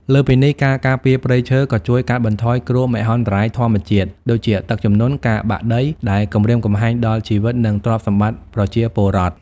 លើសពីនេះ ការការពារព្រៃឈើក៏ជួយ កាត់បន្ថយគ្រោះមហន្តរាយធម្មជាតិ ដូចជាទឹកជំនន់ និងការបាក់ដី ដែលគំរាមកំហែងដល់ជីវិត និងទ្រព្យសម្បត្តិប្រជាពលរដ្ឋ។